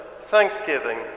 thanksgiving